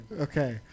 Okay